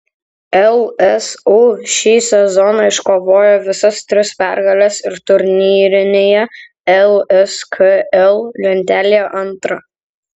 lsu šį sezoną iškovojo visas tris pergales ir turnyrinėje lskl lentelėje antra